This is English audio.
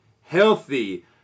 healthy